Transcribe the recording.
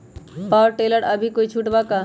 Power tiller पर अभी कोई छुट बा का?